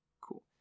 Cool